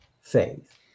faith